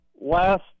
last